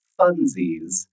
funsies